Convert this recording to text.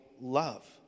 love